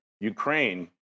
Ukraine